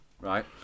Right